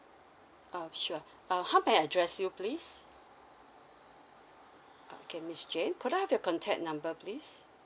uh sure uh how may I address you please okay miss jane could I have your contact number please